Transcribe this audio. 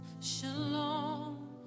Shalom